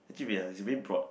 actually ya it's very broad